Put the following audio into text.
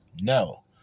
No